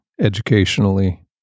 educationally